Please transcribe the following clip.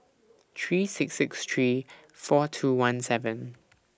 three six six three four two one seven